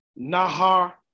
Nahar